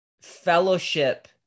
fellowship